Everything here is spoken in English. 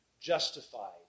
justified